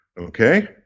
Okay